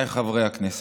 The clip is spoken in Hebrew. עמיתיי חברי הכנסת,